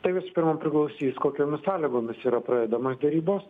tai visų pirma priklausys kokiomis sąlygomis yra pradedamos derybos